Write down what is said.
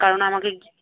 কারণ আমাকে